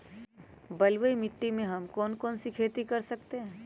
बलुई मिट्टी में हम कौन कौन सी खेती कर सकते हैँ?